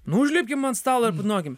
nu užlipkim ant stalo ir padainuokim